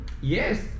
Yes